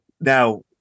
now